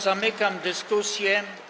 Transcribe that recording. Zamykam dyskusję.